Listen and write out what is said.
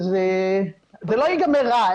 זה לא ייגמר רע,